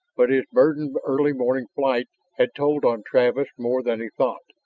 but his burdened early morning flight had told on travis more than he thought,